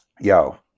Yo